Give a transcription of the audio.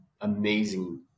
amazing